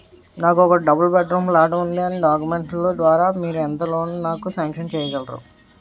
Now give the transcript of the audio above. నాకు ఒక double bedroom plot ఉంది దాని డాక్యుమెంట్స్ లు ద్వారా మీరు ఎంత లోన్ నాకు సాంక్షన్ చేయగలరు?